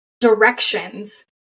directions